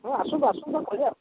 ହଁ ଆସନ୍ତୁ ଆସନ୍ତୁ କାଢ଼ିବା